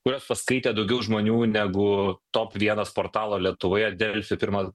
kuriuos paskaitė daugiau žmonių negu top vienas portalo lietuvoje delfi pirmą